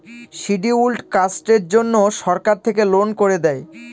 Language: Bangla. শিডিউল্ড কাস্টের জন্য সরকার থেকে লোন করে দেয়